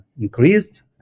increased